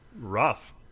rough